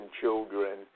children